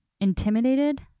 intimidated